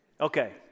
Okay